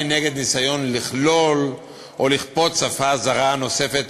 נגד ניסיון לכלול או לכפות שפה זרה נוספת,